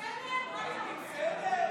הייתי בסדר?